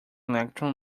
electron